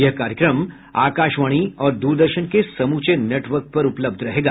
यह कार्यक्रम आकाशवाणी और द्रदर्शन के समूचे नेटवर्क पर उपलब्ध रहेगा